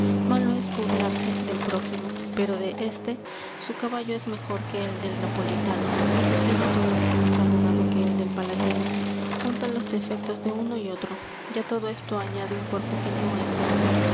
malo es burlarse del prójimo pero de éste su caballo es mejor que el del napolitano y su ceño todavía más arrugado que el del palatino junta los defectos de uno y otro y á todo esto añade un cuerpo que no es de hombre